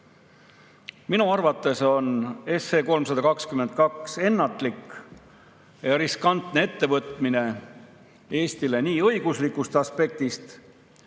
Minu arvates on SE 332 ennatlik ja riskantne ettevõtmine Eestile nii õiguslikust aspektist